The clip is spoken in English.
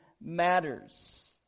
matters